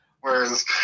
Whereas